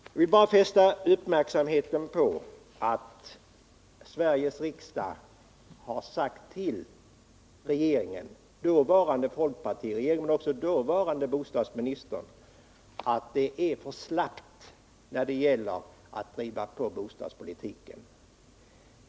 Jag vill bara fästa uppmärksamheten på att Sveriges riksdag har sagt till dåvarande folkpartiregeringen och därmed till bostadsministern att det är för slappt, man måste driva på bostadspolitiken.